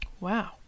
Wow